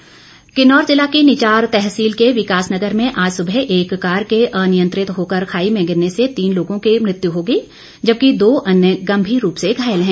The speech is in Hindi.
दुर्घटना किन्नौर जिला की निचार तहसील के विकासनगर में आज सुबह एक कार के अनियंत्रित होकर खाई में गिरने से तीन लोगों की मृत्यु हो गई जबकि दो अन्य गंभीर रूप से घायल हैं